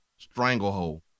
Stranglehold